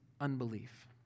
unbelief